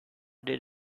did